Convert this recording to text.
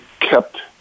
kept